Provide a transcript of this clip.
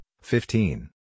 fifteen